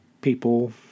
people